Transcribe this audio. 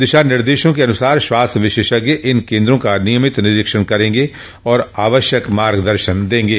दिशा निर्देशों के अनुसार श्वास विशेषज्ञ इन केन्द्रों का नियमित निरीक्षण करेंगे और आवश्यक मार्ग दर्शन देंगे